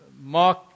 Mark